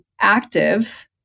active